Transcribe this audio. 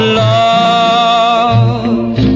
love